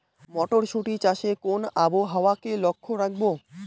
মটরশুটি চাষে কোন আবহাওয়াকে লক্ষ্য রাখবো?